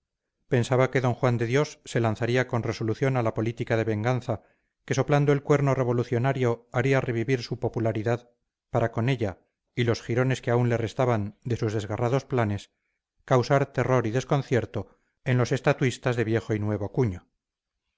pensaba que d juan de dios se lanzaría con resolución a la política de venganza que soplando el cuerno revolucionario haría revivir su popularidad para con ella y los jirones que aún le restaban de sus desgarrados planes causar terror y desconcierto en los estatuistas de viejo y nuevo cuño